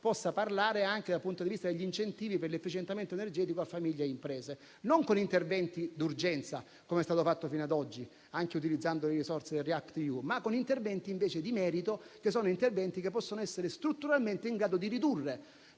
possa parlare anche dal punto di vista degli incentivi per l'efficientamento energetico a famiglie e imprese, non con interventi di urgenza, com'è stato fatto fino a oggi, anche utilizzando le risorse REACT-EU, ma con interventi di merito, che possono essere strutturalmente in grado di ridurre